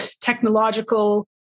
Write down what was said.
technological